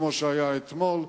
כמו שהיה אתמול,